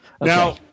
Now